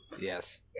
Yes